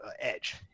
edge